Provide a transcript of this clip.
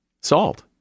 Salt